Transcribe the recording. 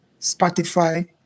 Spotify